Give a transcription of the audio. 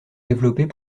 développées